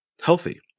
healthy